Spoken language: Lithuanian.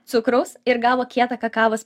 cukraus ir gavo kietą kakavos